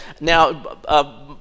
now